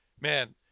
Man